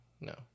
no